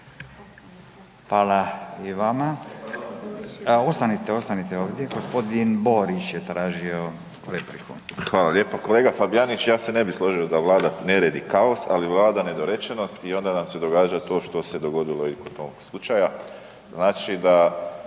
Hvala i vama. Ostanite, ostanite ovdje. G. Borić je tražio repliku. **Borić, Josip (HDZ)** Hvala lijepa. Kolega Fabijanić, ja se ne bio složio da vlada nered i kaos ali vlada nedorečenost i onda nam se događa to što se dogodilo i kod tog slučaja, znači da